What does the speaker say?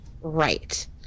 Right